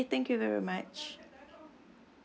okay thank you very much